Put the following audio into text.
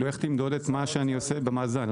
איך תמדוד את מה שאני עושה במאזן?